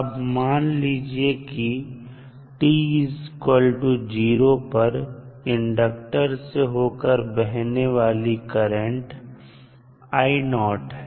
अब मान लीजिए कि t0 पर इंडक्टर से होकर बहने वाली करंट है